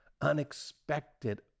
unexpected